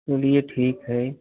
चलिए ठीक है